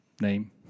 name